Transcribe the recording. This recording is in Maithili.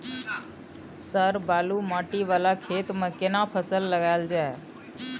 सर बालू माटी वाला खेत में केना फसल लगायल जाय?